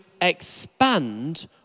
expand